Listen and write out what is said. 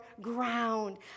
ground